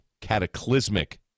cataclysmic